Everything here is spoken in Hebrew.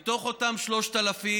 מתוך אותם 3,000,